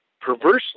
perversely